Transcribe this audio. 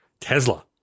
Tesla